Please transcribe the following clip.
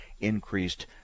increased